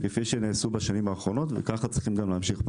שצריך להמשיך.